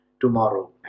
tomorrow